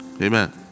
amen